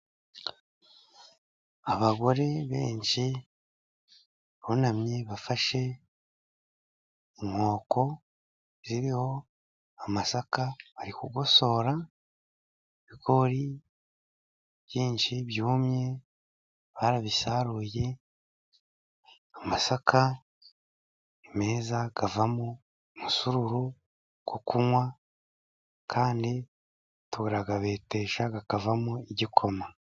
Abagore benshi bunamye bafashe inkoko ziriho amasaka. Bari kugosora ibigori byinshi byumye barabisaruye. Amasaka ni meza avamo umusururu wo kunywa kandi turayabetesha akavamo igikoma.